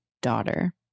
daughter